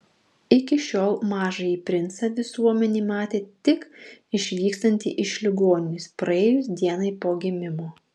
iki šiol mažąjį princą visuomenė matė tik išvykstantį iš ligoninės praėjus dienai po gimimo